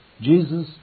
Jesus